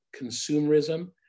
consumerism